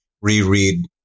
reread